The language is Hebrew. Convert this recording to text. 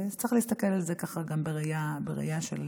וצריך להסתכל על זה גם בראייה רב-שנתית.